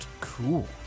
cool